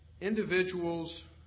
Individuals